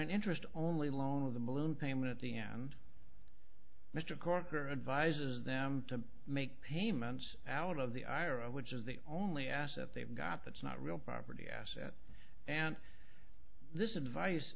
an interest only loan of the balloon payment at the end mr corker advises them to make payments out of the ira which is the only asset they've got that's not real property asset and this advice